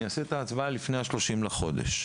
אני אעשה את ההצבעה לפני ה-30 לחודש.